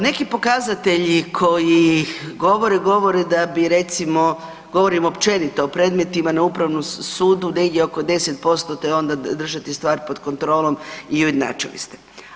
Neki pokazatelji koji govore, govore da bi recimo govorim općenito o predmetima na upravnom sudu negdje oko 10% te onda držati stvar pod kontrolom i ujednačili ste.